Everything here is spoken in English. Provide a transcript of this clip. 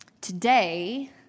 today